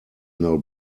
now